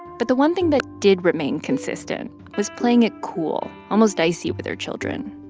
but the one thing that did remain consistent was playing it cool, almost icy with their children.